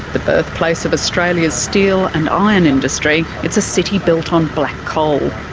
the birthplace of australia's steel and iron industry, it's a city built on black coal.